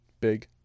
Big